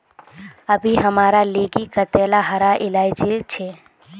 अभी हमार लिगी कतेला हरा इलायची छे